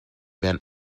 been